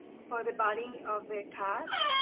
for the body of the cat.